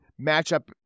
matchup